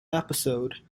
episode